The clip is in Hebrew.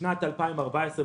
בשנת 2014,